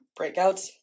breakouts